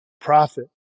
profit